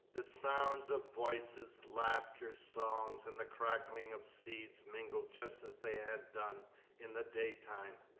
the sounds of voices, laughter, songs, and the cracking of seeds mingled just as they had done in the daytime,